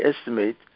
estimate